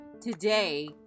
Today